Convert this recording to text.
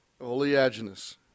Oleaginous